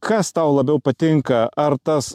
kas tau labiau patinka ar tas